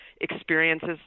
experiences